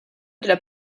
della